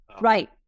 Right